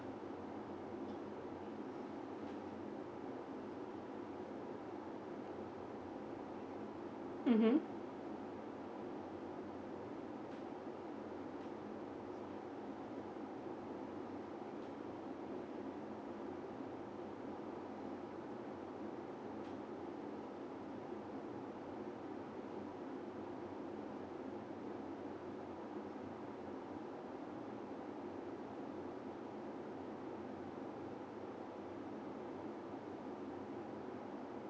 mmhmm